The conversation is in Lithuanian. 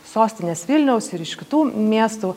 sostinės vilniaus ir iš kitų miestų